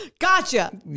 Gotcha